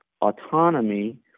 autonomy